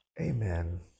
amen